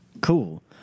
Cool